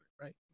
right